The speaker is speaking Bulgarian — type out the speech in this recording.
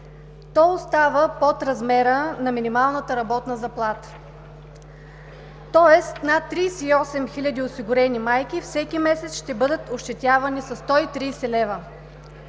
остава под размера на минималната работна заплата. Тоест над 38 хиляди осигурени майки всеки месец ще бъдат ощетявани със 130 лв.